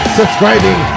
subscribing